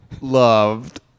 loved